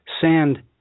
Sand